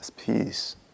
Peace